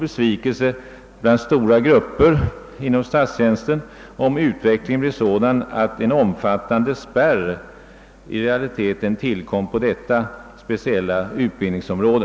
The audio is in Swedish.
Besvikelsen bland stora grupper inom statstjänsten skulle bli stor, om utvecklingen blev sådan att en omfattande spärr i realiteten infördes på detta speciella utbildningsområde.